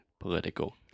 Political